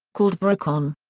called vericon.